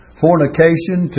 fornication